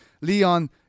Leon